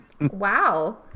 Wow